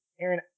Aaron